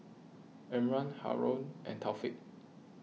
Imran Haron and Taufik